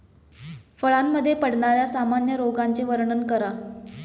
फळांमध्ये पडणाऱ्या सामान्य रोगांचे वर्णन करा